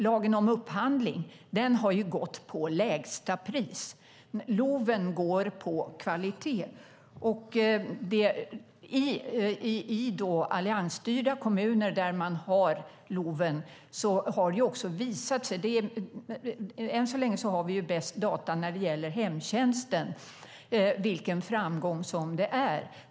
Lagen om upphandling har ju inneburit att man ska gå på lägsta pris. LOV går på kvalitet. I alliansstyrda kommuner där man har LOV har det också visat sig vara en framgång. Än så länge har vi bäst data när det gäller hemtjänsten.